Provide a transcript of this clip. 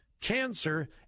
cancer